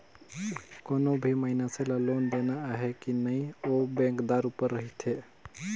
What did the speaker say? कोनो भी मइनसे ल लोन देना अहे कि नई ओ बेंकदार उपर रहथे